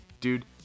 Dude